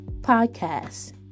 podcast